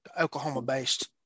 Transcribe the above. Oklahoma-based